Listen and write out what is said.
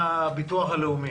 הלאומי,